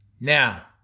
Now